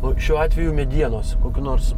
o šiuo atveju medienos kokiu nors